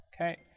Okay